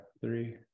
three